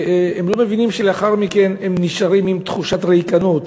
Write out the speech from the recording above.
הם לא מבינים שלאחר מכן הם נשארים עם תחושת ריקנות,